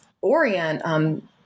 orient